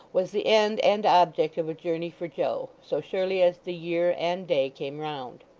was the end and object of a journey for joe, so surely as the year and day came round.